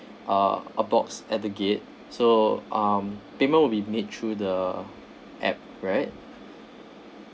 uh a box at the gate so um payment will be made through the app right